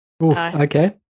Okay